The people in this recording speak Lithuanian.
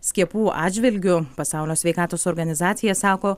skiepų atžvilgiu pasaulio sveikatos organizacija sako